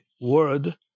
word